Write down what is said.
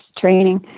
training